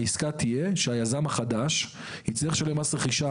העסקה תהיה שהיזם החדש יצטרך לשלם מס רכישה